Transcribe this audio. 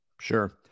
Sure